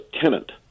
tenant